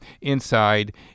inside